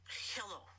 Hello